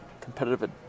competitive